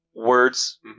Words